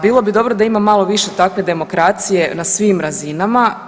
Bilo bi dobro da ima malo više takve demokracije na svim razinama.